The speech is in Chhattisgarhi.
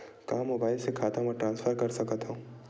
का मोबाइल से खाता म ट्रान्सफर कर सकथव?